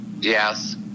yes